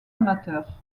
amateurs